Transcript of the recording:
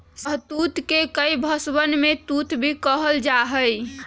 शहतूत के कई भषवन में तूत भी कहल जाहई